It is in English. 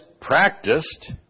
practiced